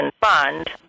Fund